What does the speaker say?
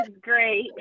great